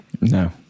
No